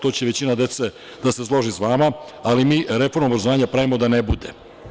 To će većina dece da se složi sa vama, ali mi reformama obrazovanja pravimo da ne bude.